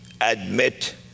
admit